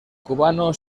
cubano